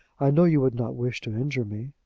i know you would not wish to injure me.